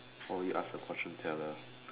what would you ask a fortune teller